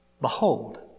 Behold